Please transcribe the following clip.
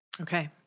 Okay